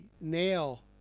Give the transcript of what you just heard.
nail